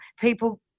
people